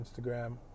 Instagram